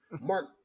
Mark